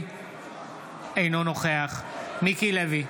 אינו נוכח מיקי לוי,